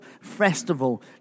festival